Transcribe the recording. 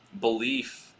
belief